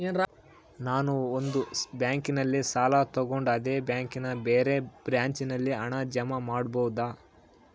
ನಾನು ಒಂದು ಬ್ಯಾಂಕಿನಲ್ಲಿ ಸಾಲ ತಗೊಂಡು ಅದೇ ಬ್ಯಾಂಕಿನ ಬೇರೆ ಬ್ರಾಂಚಿನಲ್ಲಿ ಹಣ ಜಮಾ ಮಾಡಬೋದ?